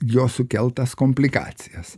jos sukeltas komplikacijas